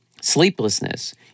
sleeplessness